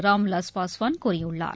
ராம்விலாஸ் பாஸ்வான் கூறியுள்ளார்